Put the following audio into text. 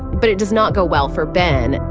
but it does not go well for ben.